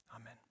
Amen